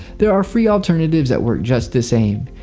there are free alternatives that work just the same.